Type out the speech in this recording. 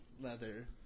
leather